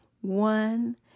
One